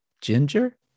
Ginger